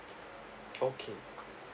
okay